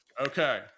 Okay